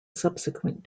subsequent